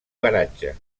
garatge